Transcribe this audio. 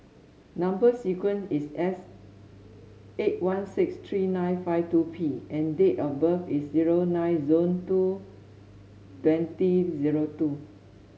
number sequence is S eight one six three nine five two P and date of birth is zero nine two twenty zero two